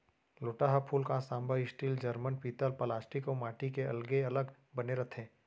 लोटा ह फूलकांस, तांबा, स्टील, जरमन, पीतल प्लास्टिक अउ माटी के अलगे अलग बने रथे